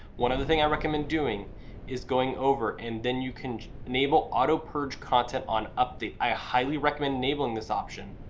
one other thing, i recommend doing is going over and then you can enable auto-purge content on updates. i highly recommend enabling this option.